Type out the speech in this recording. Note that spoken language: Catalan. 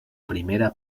primera